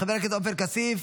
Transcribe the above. חבר הכנסת עופר כסיף,